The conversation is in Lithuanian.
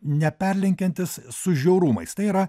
ne perlenkiantis su žiaurumais tai yra